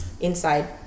inside